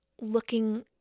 looking